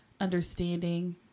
understanding